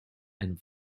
and